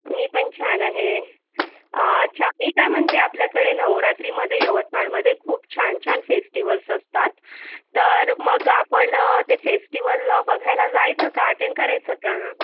मी पण छान आहे अच्छा मी काय म्हणते आपल्याकडे नवरात्रीमध्ये यवतमाळमध्ये खूप छान छान फेस्टिवल्स असतात तर मग आपण ते फेस्टिवल बघायला जायचं का अटेंड करायचं का